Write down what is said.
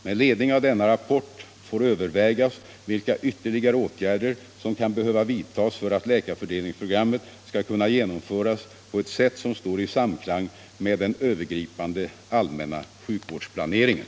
Med ledning av denna rapport får övervägas vilka ytterligare åtgärder som kan behöva vidtas för att läkarfördelningsprogrammet skall kunna genomföras på ett sätt som står i samklang med den övergripande allmänna sjukvårdsplaneringen.